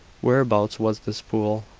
whereabouts was this pool?